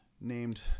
named